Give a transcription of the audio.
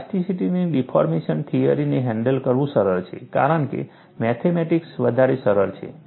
પ્લાસ્ટિસિટીની deformation થિયરીને handle કરવું સરળ છે કારણ કે મેથમેટિક્સ વધારે સરળ છે